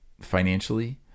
financially